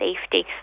safety